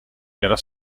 era